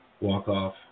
walk-off